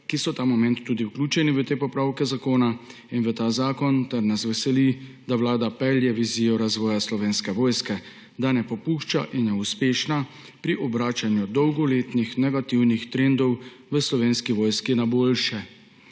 ki so ta moment vključeni v te popravke zakona in v ta zakon, ter nas veseli, da Vlada pelje vizijo razvoja Slovenske vojske, da ne popušča in je uspešna pri obračanju dolgoletnih negativnih trendov v Slovenski vojski na boljše.